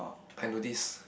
I notice